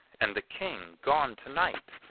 and the king gone to-night!